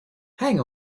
hang